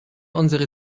unsere